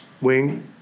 wing